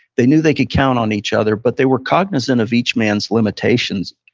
they knew they could count on each other, but they were cognizant of each man's limitations.